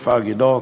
כפר-גדעון,